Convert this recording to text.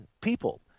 people